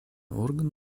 орган